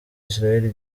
israel